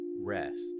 Rest